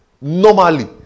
normally